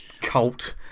cult